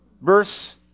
verse